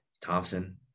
Thompson